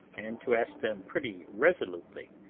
and to ask them pretty resolutely,